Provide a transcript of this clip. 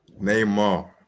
Neymar